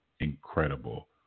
incredible